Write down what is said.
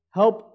help